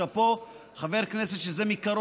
חבר הכנסת איתן כבל,